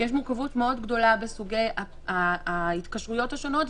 בסוגי ההתקשרויות השונות,